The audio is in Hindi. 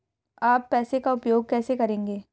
आप पैसे का उपयोग कैसे करेंगे?